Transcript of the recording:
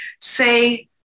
say